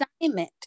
assignment